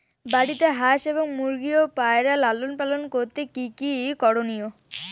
বাড়িতে হাঁস এবং মুরগি ও পায়রা লালন পালন করতে কী কী করণীয়?